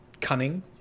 cunning